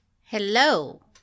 Hello